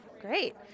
Great